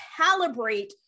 calibrate